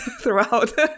throughout